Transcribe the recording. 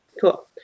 Cool